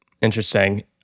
Interesting